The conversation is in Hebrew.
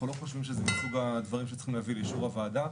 אנחנו לא חושבים שזה מסוג הדברים שצריך להביא לאישור הוועדה.